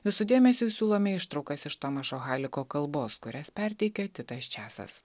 jūsų dėmesiui siūlome ištraukas iš tomašo haliko kalbos kurias perteikia titas čiasas